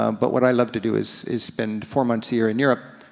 um but what i love to do is is spend four months a year in europe,